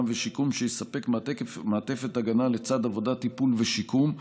ושיקום שיספק מעטפת הגנה לצד עבודת טיפול ושיקום,